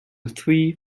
three